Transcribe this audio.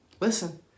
listen